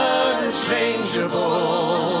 unchangeable